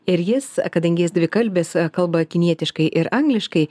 ir jis kadangi jis dvikalbis kalba kinietiškai ir angliškai